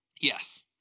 Yes